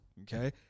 Okay